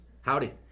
Howdy